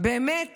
באמת